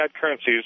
currencies